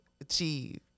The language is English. achieve